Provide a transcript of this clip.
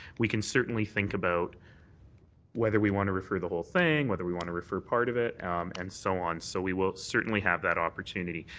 we can certainly think about whether we want to refer the whole thing, whether we want to refer part of it and so on, so we will certainly have that opportunity,